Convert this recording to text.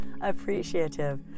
appreciative